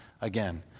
again